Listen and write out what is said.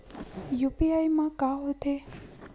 UPI मा का होथे?